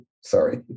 Sorry